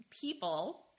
people